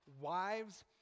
wives